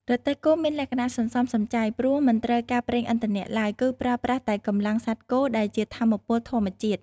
រទេះគោមានលក្ខណៈសន្សំសំចៃ ព្រោះមិនត្រូវការប្រេងឥន្ធនៈឡើយ គឺប្រើប្រាស់តែ កម្លាំងសត្វគោ ដែលជាថាមពលធម្មជាតិ ។